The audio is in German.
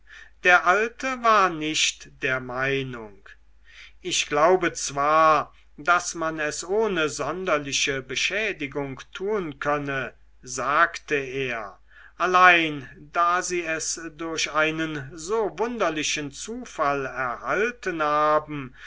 der alte war nicht der meinung ich glaube zwar daß man es ohne sonderliche beschädigung tun könne sagte er allein da sie es durch einen so wunderbaren zufall erhalten haben